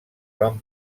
van